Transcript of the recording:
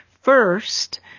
First